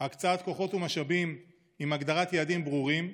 הקצאת כוחות ומשאבים, עם הגדרת יעדים ברורים,